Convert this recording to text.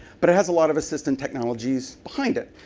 but it has a lot of assistant technologies behind it.